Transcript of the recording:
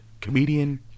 comedian